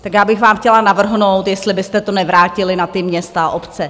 Tak já bych vám chtěla navrhnout, jestli byste to nevrátili na ta města a obce.